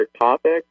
topic